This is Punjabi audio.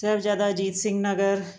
ਸਾਹਿਬਜ਼ਾਦਾ ਅਜੀਤ ਸਿੰਘ ਨਗਰ